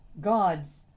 gods